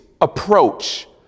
approach